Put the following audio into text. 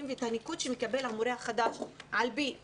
ואת הניקוד שמקבל המורה החדש על פי ידע,